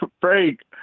break